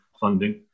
funding